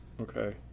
Okay